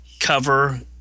Cover